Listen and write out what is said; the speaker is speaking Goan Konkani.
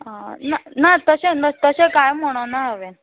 आं ना ना तशें ना तशें कांय म्हणोना हांवेन